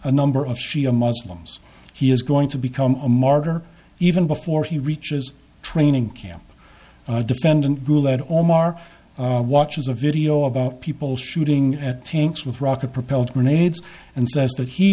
a number of shia muslims he is going to become a martyr even before he reaches training camp defendant goulet all maher watches a video of people shooting at tanks with rocket propelled grenades and says that he